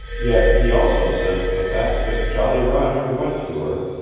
yet he also sensed the fact that jolly roger went to her,